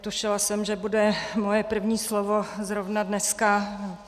Netušila jsem, že bude moje první slovo zrovna dneska.